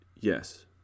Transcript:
Yes